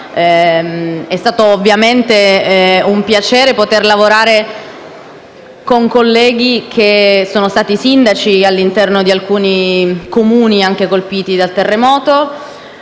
È stato ovviamente un piacere poter lavorare con colleghi che sono stati sindaci di alcuni Comuni colpiti dal terremoto